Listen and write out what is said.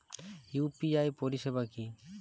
UPI পরিসেবা কি?